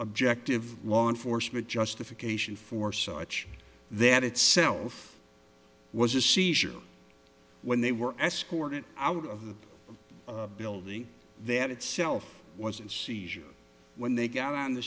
objective law enforcement justification for such that itself was a seizure when they were escorted out of the building that itself was in seizure when they got on the